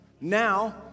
now